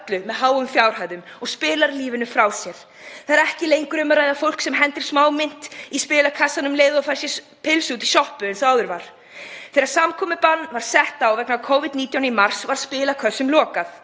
með háum fjárhæðum og spila lífið frá sér. Það er ekki lengur um að ræða fólk sem hendir smámynt í spilakassann um leið og það fær sér pylsu út í sjoppu eins og áður var. Þegar samkomubann var sett á vegna Covid-19 í mars var spilakössum lokað.